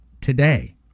Today